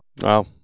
Wow